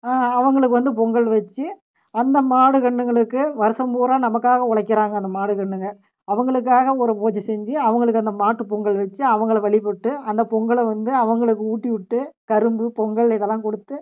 அவர்களுக்கு வந்து பொங்கல் வெச்சு அந்த மாடு கன்றுங்களுக்கு வருஷம் பூரா நமக்காக உழைக்கிறாங்க அந்த மாடு கன்றுங்க அவர்களுக்காக ஒரு பூஜை செஞ்சு அவர்களுக்கு அந்த மாட்டு பொங்கல் வெச்சு அவங்களைய வழிபட்டு அந்த பொங்கலை வந்து அவர்களுக்கு ஊட்டிவிட்டு கரும்பு பொங்கல் இதெல்லாம் கொடுத்து